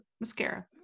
Mascara